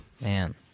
Man